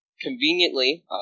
Conveniently